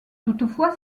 toutefois